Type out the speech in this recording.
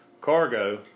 cargo